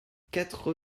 quatre